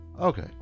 Okay